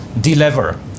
deliver